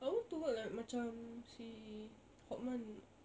I want to work like macam si hortman